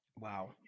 Wow